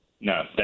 No